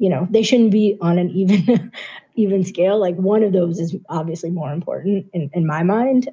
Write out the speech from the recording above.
you know, they shouldn't be on an even scale like one of those is obviously more important in in my mind.